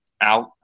out